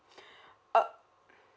uh